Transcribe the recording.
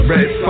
Red